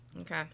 Okay